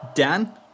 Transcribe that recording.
Dan